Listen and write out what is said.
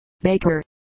Baker